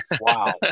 Wow